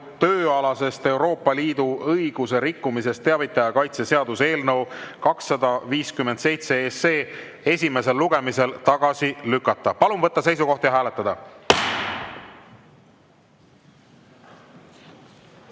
tööalasest Euroopa Liidu õiguse rikkumisest teavitaja kaitse seaduse eelnõu 257 esimesel lugemisel tagasi lükata. Palun võtta seisukoht ja hääletada!